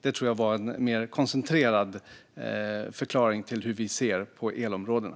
Det tror jag var en mer koncentrerad förklaring till hur vi ser på elområdena.